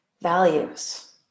Values